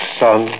son